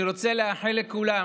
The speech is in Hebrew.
אני רוצה לאחל לכולם